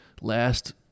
last